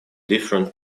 different